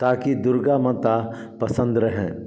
ताकि दुर्गा माता प्रसन्न रहें